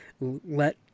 let